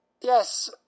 Yes